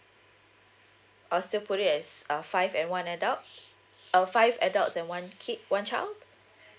I'll still put as uh five and one adult uh five adults and one kid one child